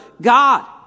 God